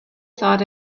thought